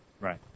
Right